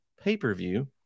pay-per-view